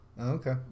Okay